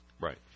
Right